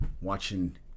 Watching